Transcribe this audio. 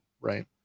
Right